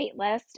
waitlist